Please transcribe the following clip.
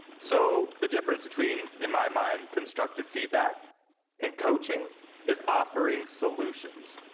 so the difference between, in my mind, constructive feedback and coaching is offering solutions,